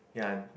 ya